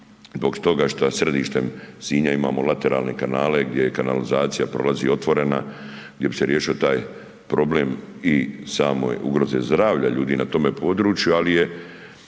zbog toga što središtem Sinja imamo lateralne kanale gdje je kanalizacija prolazi otvorena, da bi se riješio taj problem i samoj ugrozi zdravlja ljudi na tome području, ali je